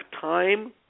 time